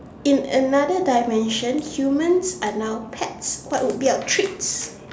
in another dimensions humans are now pets what would be our treats